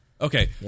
Okay